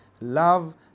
Love